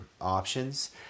options